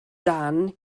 dan